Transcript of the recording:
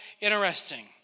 interesting